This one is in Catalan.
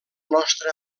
nostre